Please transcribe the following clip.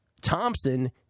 Thompson